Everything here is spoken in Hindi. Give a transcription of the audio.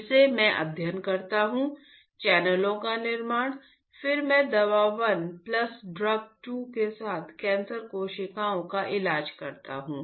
फिर से मैं अध्ययन करता हूं चैनलों का निर्माण फिर मैं दवा 1 प्लस ड्रग 2 के साथ कैंसर कोशिका का इलाज करता हूं